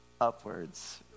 upwards